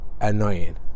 annoying